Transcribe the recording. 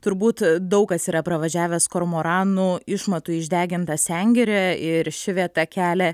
turbūt daug kas yra pravažiavęs kormoranų išmatų išdegintą sengirę ir ši vieta kelia